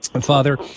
Father